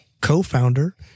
co-founder